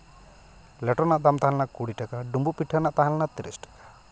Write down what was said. ᱞᱮᱴᱚ ᱨᱮᱱᱟᱜ ᱫᱟᱢ ᱛᱟᱦᱮᱞᱮᱱᱟ ᱠᱩᱲᱤ ᱴᱟᱠᱟ ᱰᱩᱸᱵᱩᱜ ᱯᱤᱴᱷᱟᱹ ᱨᱮᱱᱟᱜ ᱛᱟᱦᱮᱞᱮᱱᱟ ᱛᱤᱨᱤᱥ ᱴᱟᱠᱟ